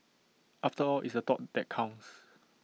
after all it's the thought that counts